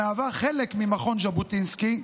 המהווה חלק ממכון ז'בוטינסקי,